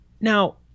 Now